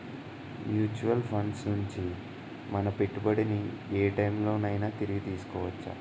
Mutual funds నుండి మన పెట్టుబడిని ఏ టైం లోనైనా తిరిగి తీసుకోవచ్చా?